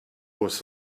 was